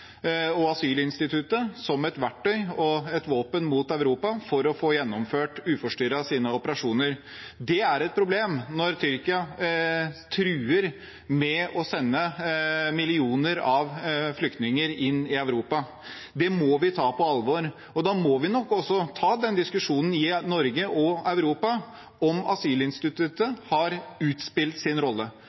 og asylinstituttet som et verktøy og våpen mot Europa for uforstyrret å få gjennomført sine operasjoner. Det er et problem når Tyrkia truer med å sende millioner av flyktninger inn i Europa. Det må vi ta på alvor. Da må vi nok også ta følgende diskusjon i Norge og Europa: om asylinstituttet har utspilt sin rolle